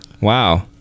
Wow